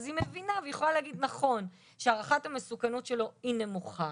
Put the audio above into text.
אז היא מבינה והיא יכולה להגיד נכון שהערכת המסוכנות שלו היא נמוכה,